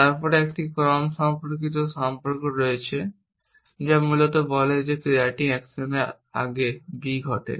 তারপরে একটি ক্রম সম্পর্কিত সম্পর্ক রয়েছে যা মূলত বলে যে ক্রিয়াটি অ্যাকশনের আগে b ঘটে